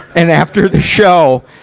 and after the show,